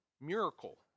miracle